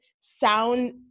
sound